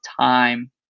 time